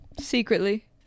secretly